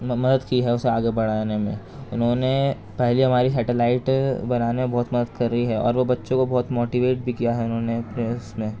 مدد کی ہے اسے آگے بڑھانے میں انہوں نے پہلی ہماری سیٹلائٹ بنانے میں بہت مدد کری ہے اور وہ بچّوں کو بہت موٹیویٹ بھی کیا ہے انہوں نے اپنے اس میں